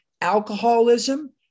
alcoholism